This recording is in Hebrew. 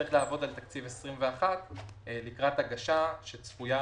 נצטרך לעבוד על תקציב 2021 לקראת הגשה לממשלה,